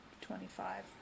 twenty-five